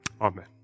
Amen